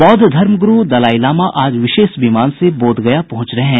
बौद्द धर्म गुरू दलाई लामा आज विशेष विमान से बोधगया पहुंच रहे हैं